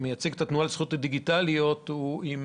שמייצג את התנועה לזכויות דיגיטליות משתמש